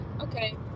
okay